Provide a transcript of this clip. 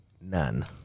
none